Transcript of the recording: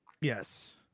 Yes